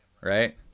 Right